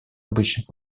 обычных